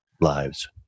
lives